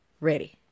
Ready